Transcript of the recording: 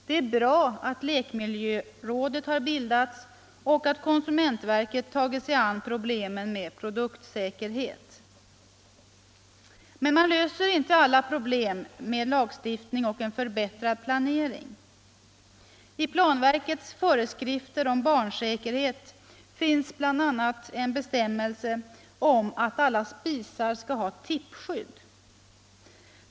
Det är bra att lekmiljörådet har bildats och att konsumentverket tagit sig an problemen med produktsäkerhet. Men man löser inte alla problem med lagstiftning och en förbättrad planering. I planverkets föreskrifter om barnsäkerhet finns bl.a. en bestämmelse om att alla spisar skall ha tippskydd.